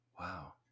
Wow